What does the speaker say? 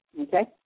Okay